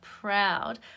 proud